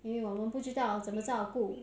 因为我们不知道怎么照顾